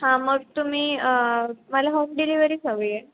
हां मग तुम्ही मला होम डिलिव्हरीच हवी आहे